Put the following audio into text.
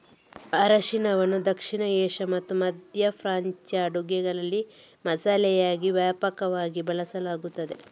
ಅರಿಶಿನವನ್ನು ದಕ್ಷಿಣ ಏಷ್ಯಾ ಮತ್ತು ಮಧ್ಯ ಪ್ರಾಚ್ಯ ಅಡುಗೆಗಳಲ್ಲಿ ಮಸಾಲೆಯಾಗಿ ವ್ಯಾಪಕವಾಗಿ ಬಳಸಲಾಗುತ್ತದೆ